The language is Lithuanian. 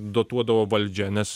dotuodavo valdžia nes